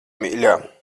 mīļā